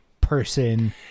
person